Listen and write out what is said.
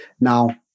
Now